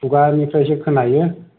खुगानिफ्रायसो खोनायो